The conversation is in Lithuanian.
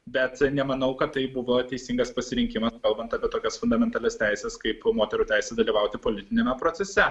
bet nemanau kad tai buvo teisingas pasirinkimas kalbant apie tokias fundamentalias teises kaip moterų teisė dalyvauti politiniame procese